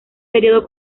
periodo